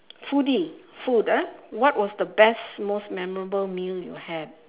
foodie food ah what was the best most memorable meal you had